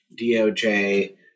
DOJ